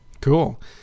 cool